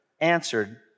answered